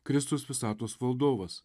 kristus visatos valdovas